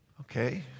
Okay